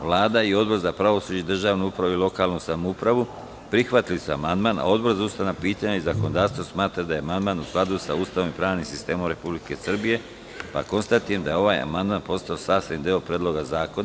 Vlada i Odbor za pravosuđe, državnu upravu i lokalnu samoupravu prihvatili su amandman, a Odbor za ustavna pitanja i zakonodavstvo smatra da je amandman u skladu sa Ustavom i pravnim sistemom Republike Srbije, pa konstatujem da je ovaj amandman postao sastavni deo Predloga zakona.